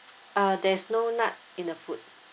uh there's no nut in the food